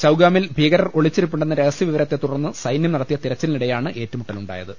ചൌഗാമിൽ ഭീകരർ ഒളിച്ചിരിപ്പുണ്ടെന്ന രഹസ്യ വിവരത്തെ തുടർന്ന് സൈന്യം നടത്തിയ തിരച്ചിലിനിടെയാണ് ഏറ്റുമുട്ടലുണ്ടാ യത്